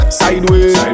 sideways